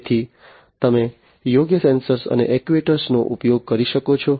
તેથી તમે યોગ્ય સેન્સર અને એક્ટ્યુએટર નો ઉપયોગ કરી શકો છો